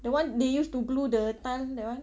the one they use to glue the tile that [one]